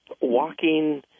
walking